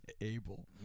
able